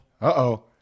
Uh-oh